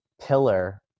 pillar